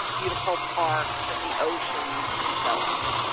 beautiful parks and the oceans and so on.